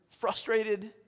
frustrated